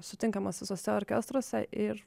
sutinkamas visuose orkestruose ir